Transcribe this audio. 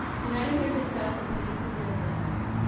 tonight i'm here to discuss the pending superintendent hire.